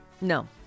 No